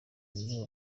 n’iyo